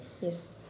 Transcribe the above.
Yes